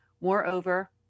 Moreover